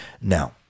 Now